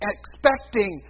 expecting